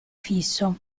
fisso